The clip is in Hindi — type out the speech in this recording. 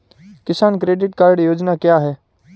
किसान क्रेडिट कार्ड योजना क्या है?